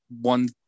one